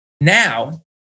now